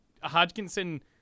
Hodgkinson